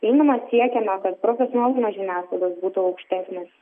einama siekiama kad profesionalumas žiniasklaidos būtų aukštesnis